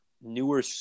newer